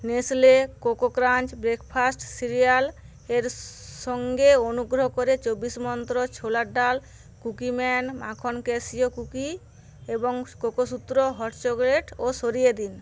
Nestle coco crunch breakfast cereal এর সঙ্গে অনুগ্রহ করে চব্বিশ মন্ত্র ছোলার ডাল কুকিম্যান মাখন ক্যাশিউ কুকি এবং কোকোসুত্র হট চকোলেট ও সরিয়ে দিন